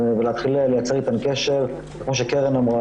עם ההקצבה של 40 מיליון שקל,